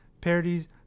parodies